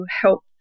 help